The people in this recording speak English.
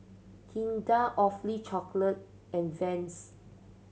Kinder Awfully Chocolate and Vans